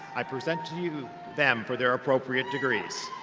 i present to you them for their appropriate degree.